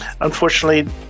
unfortunately